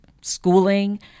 schooling